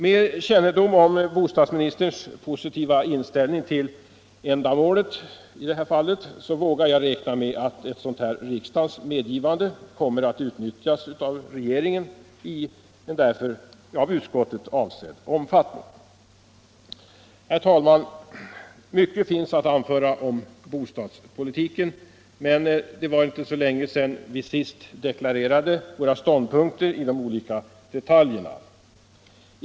Med kännedom om bostadsministerns positiva inställning till ändamålet vågar jag räkna med att riksdagens medgivande kommer att utnyttjas av regeringen i av utskottet avsedd omfattning. Herr talman! Mycket finns att anföra om bostadspolitiken, men det var inte så länge sedan vi senast deklarerade våra ståndpunkter i de olika detaljerna.